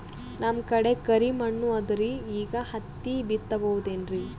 ನಮ್ ಕಡೆ ಕರಿ ಮಣ್ಣು ಅದರಿ, ಈಗ ಹತ್ತಿ ಬಿತ್ತಬಹುದು ಏನ್ರೀ?